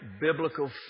biblical